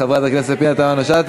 תודה רבה לחברת הכנסת פנינה תמנו-שטה.